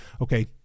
Okay